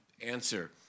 answer